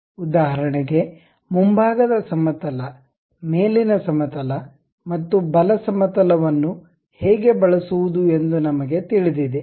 ಉದಾಹರಣೆಗೆ ಮುಂಭಾಗದ ಸಮತಲ ಮೇಲಿನ ಸಮತಲ ಮತ್ತು ಬಲ ಸಮತಲ ವನ್ನು ಹೇಗೆ ಬಳಸುವುದು ಎಂದು ನಮಗೆ ತಿಳಿದಿದೆ